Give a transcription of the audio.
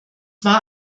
war